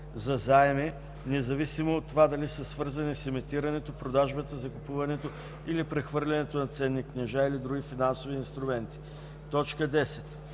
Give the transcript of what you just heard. за заеми, независимо от това дали са свързани с емитирането, продажбата, закупуването или прехвърлянето на ценни книжа или други финансови инструменти; 10.